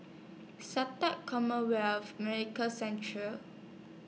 Sata Commonwealth Medical Central